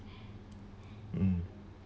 mm